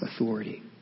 authority